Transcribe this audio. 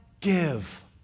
give